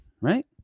right